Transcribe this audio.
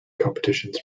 competitions